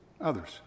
others